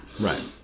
Right